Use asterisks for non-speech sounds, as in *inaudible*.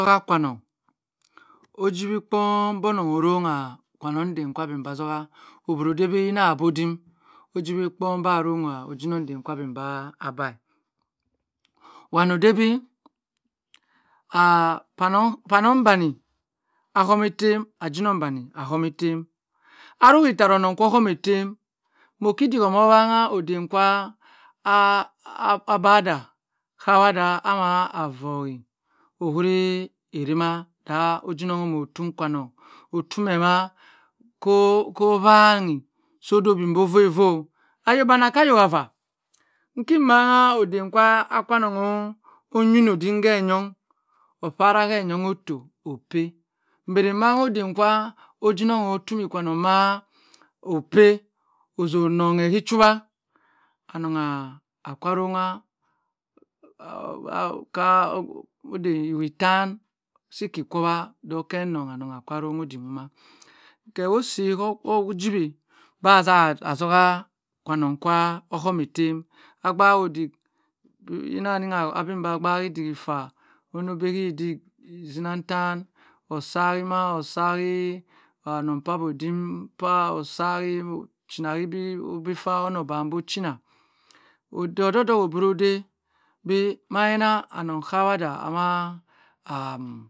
Bi kwowazy hasy kham ody kivan bhack iny odyk ikwowazy nbhabh ah azuh kwanong abo dim ony ikwowazy osy bongha hama dama-dama bho cham oruhubi ah ikarah sabong danny hadh careham idyiedy dock dock so ch co ahma dick dock dock sa cay mana mo omo cawy iyoke oyokawa da aza howa hi yoke sa kini bambam ka wowa isong ing caowo cawh maiena idh kwanong kwanong kwomodabo oh oha maoyok osiyoke ozurchury idykher co-non b-ambosi osinokwu ohom-e osimokwo ohome *hesitation* so obambi onong orongha kwanong dde aa member zoha oo obriody o-jinong ibriamsi ha aronhi ojinong dumha kpanong ny tra ajinong danny *hesitation* uma kowo bb ohom-e bb bhe, ozimohe omo si-idik ciyan gh ohama adim gi yan okama panong hiyan idd arongha idik deyman deym hiyan idik imi vornong ewaro wat orunbe asi mh ojinong duma atem si akwa kpey aji kwanong kwo or aji odimkwo ka iho hmm ayo vany i ki iyoo ma hama.